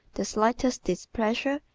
the slightest displeasure,